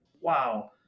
wow